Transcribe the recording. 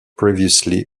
previously